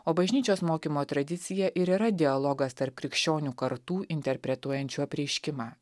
o bažnyčios mokymo tradicija ir yra dialogas tarp krikščionių kartų interpretuojančių apreiškimą